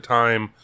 time